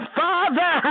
father